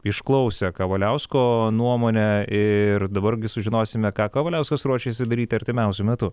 išklausė kavaliausko nuomonę ir dabar gi sužinosime ką kavaliauskas ruošiasi daryti artimiausiu metu